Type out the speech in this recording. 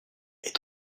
est